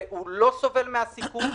הוא לא סובל מהסיכון,